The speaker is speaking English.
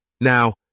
Now